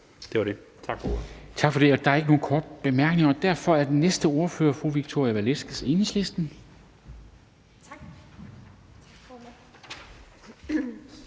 Kristensen): Tak for det. Der er ikke nogen korte bemærkninger. Derfor er den næste ordfører fru Victoria Velasquez, Enhedslisten. Kl.